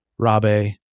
Rabe